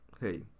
hey